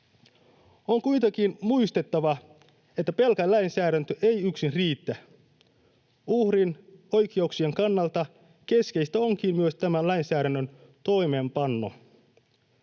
On kuitenkin muistettava, että pelkkä lainsäädäntö ei yksin riitä. Uhrin oikeuksien kannalta keskeistä onkin myös tämän lainsäädännön toimeenpano.